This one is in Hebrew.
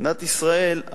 במדינת ישראל,